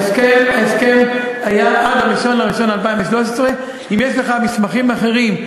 ההסכם היה עד 1 בינואר 2013. אם יש לך מסמכים אחרים,